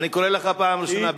אני קורא לך פעם ראשונה,